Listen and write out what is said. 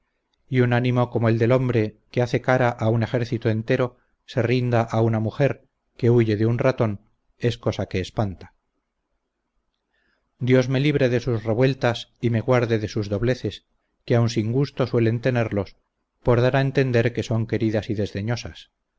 y un ánimo como el del hombre que hace cara a un ejército entero se rinda a una mujer que huye de un ratón es cosa que espanta dios me libre de sus revueltas y me guarde de sus dobleces que aun sin gusto suelen tenerlos por dar a entender que son queridas y